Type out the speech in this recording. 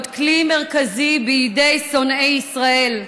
להיות כלי מרכזי בידי שונאי ישראל,